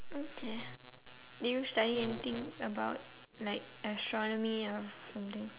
okay do you study anything about like astronomy or something